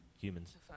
Humans